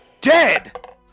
dead